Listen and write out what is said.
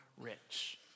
rich